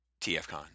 TFCon